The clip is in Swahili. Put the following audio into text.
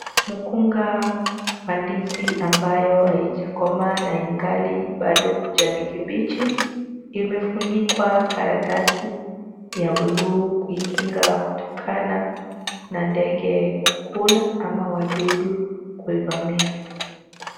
Mkunga wa ndizi ambayo haijakomaa na ingali bado kijani kibichi imefunikwa karatasi ya bluu kuikinga kutokana na ndege kukula ama wadudu kuivamia.